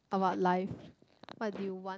about life what do you want